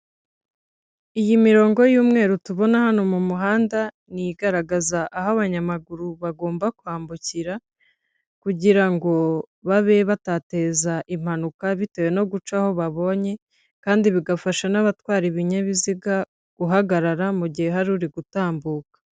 Iyi mirongo y'umweru tubona hano mu muhanda, ni igaragaza aho abanyamaguru bagomba kwambukira kugira ngo babe batateza impanuka bitewe no guca aho babonye kandi bigafasha n'abatwara ibinyabiziga guhagarara mu gihe hari uri gutambuka.